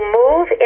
move